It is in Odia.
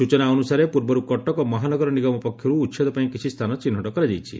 ସୂଚନା ଅନୁସାରେ ପୂର୍ବରୁ କଟକ ମହାନଗର ନିଗମ ପକ୍ଷରୁ ଉଛେଦ ପାଇଁ କିଛି ସ୍ତାନ ଚିହ୍ନଟ କରାଯାଇଛି